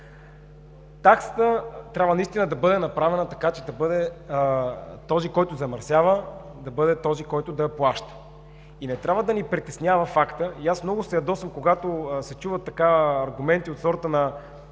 Таксата трябва наистина да бъде направена така, че този, който замърсява, да бъде този, който плаща. Не трябва да ни притеснява фактът, и аз много се ядосвам, когато се чуват аргументи от сорта на: